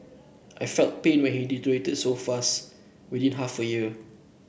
I felt pain when he deteriorated so fast within half a year